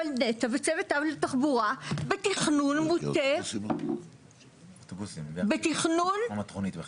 אבל נת"ע וצוות התחבורה בתכנון מוטה --- כמו המטרונית בחיפה.